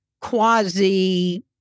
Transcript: quasi